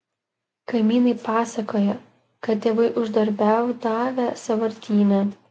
kaimynai pasakoja kad tėvai uždarbiaudavę sąvartyne